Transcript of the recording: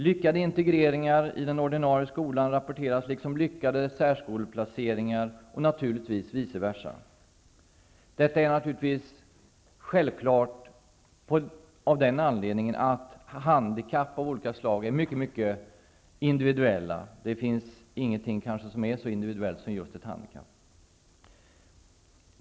Lyckade integreringar i den ordinarie skolan rapporteras liksom lyckade särskoleplaceringar och naturligtvis också misslyckade placeringar av båda slagen. Detta är självklart av den anledningen att handikapp av olika slag är mycket individuella -- det finns kanske ingenting som är så individuellt som just ett handikapp.